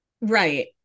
Right